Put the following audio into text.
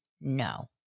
No